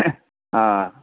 आं